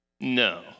No